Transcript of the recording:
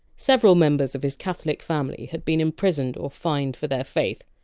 several members of his catholic family had been imprisoned or fined for their faith.